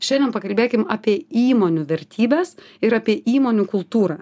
šiandien pakalbėkim apie įmonių vertybes ir apie įmonių kultūrą